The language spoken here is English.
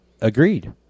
Agreed